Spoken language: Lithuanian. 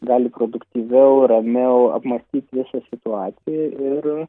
gali produktyviau ramiau apmąstyti situaciją ir